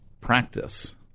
practice